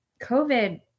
COVID